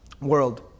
world